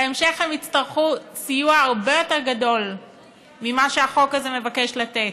בהמשך הם יצטרכו סיוע הרבה יותר גדול ממה שהחוק הזה מבקש לתת.